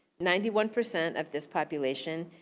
ninety one percent of this population,